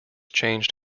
changed